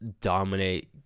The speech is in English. dominate